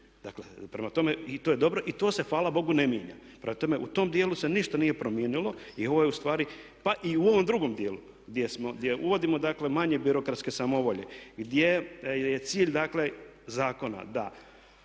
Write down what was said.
ima. Prema tome, i to je dobro i to se hvala Bogu ne mijenja. Prema tome, u tom djelu se ništa nije promijenilo i ovo je ustvari, pa i u ovom drugom djelu gdje uvodimo dakle manje birokratske samovolje, gdje je cilj dakle zakona